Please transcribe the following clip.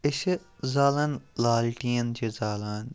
أسۍ چھِ زالان لالٹیٖن چھِ زالان